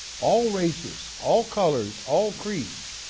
all races, all colors, all creams